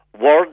words